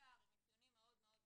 יצר עם אפיונים מאוד מאוד ברורים,